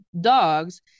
dogs